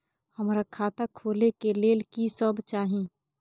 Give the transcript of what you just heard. हमरा खाता खोले के लेल की सब चाही?